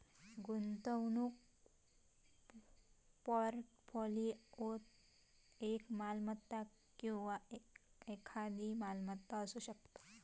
गुंतवणूक पोर्टफोलिओत एक मालमत्ता किंवा एकाधिक मालमत्ता असू शकता